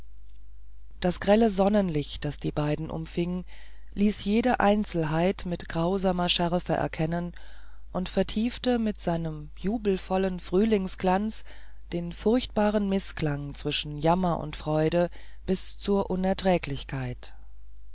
das grelle sonnenlicht das die beiden umfing ließ jede einzelheit mit grausamer schärfe erkennen und vertiefte mit seinem jubelvollen frühlingsglanz den furchtbaren mißklang zwischen jammer und freude bis zur unerträglichkeit